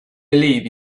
believe